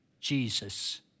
Jesus